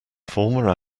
former